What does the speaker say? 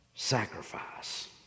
Sacrifice